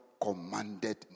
commanded